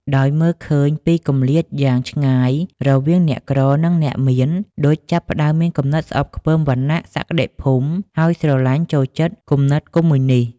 ដោយមើលឃើញពីគម្លាតយ៉ាងឆ្ងាយរវាងអ្នកក្រ និងអ្នកមាន ឌុចចាប់ផ្តើមមានគំនិតស្អប់ខ្ពើមវណ្ណៈសក្តិភូមិ ហើយស្រឡាញ់ចូលចិត្តគំនិតកុម្មុយនីស្ត។